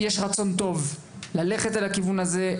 יש רצון טוב ללכת לכיוון הזה.